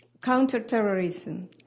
counterterrorism